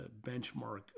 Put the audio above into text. Benchmark